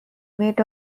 mate